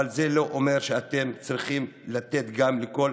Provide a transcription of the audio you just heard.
אבל זה לא אומר שאתם צריכים לתת גם לכל